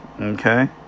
okay